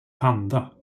panda